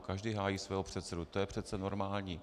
Každý hájí svého předsedu, to je přece normální.